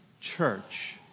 church